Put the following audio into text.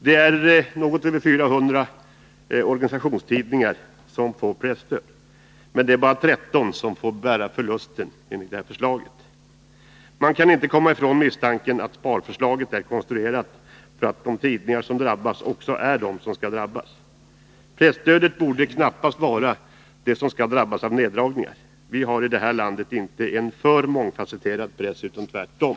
Det är något över 400 organisationstidningar som får presstöd, men det är bara 13 som får bära förlusten enligt detta förslag. Man kan inte komma ifrån misstanken att sparförslaget är konstruerat för att de tidningar som drabbas också är de som skall drabbas. Presstödet borde knappast vara det som skall drabbas av neddragningar. Vi har i detta land inte en för mångfasetterad press, utan tvärtom.